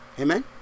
Amen